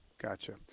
Gotcha